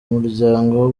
muryango